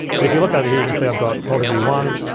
but if you look over here, you can see i've got multiview one,